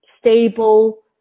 stable